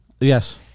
Yes